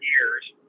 years